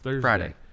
Friday